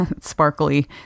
sparkly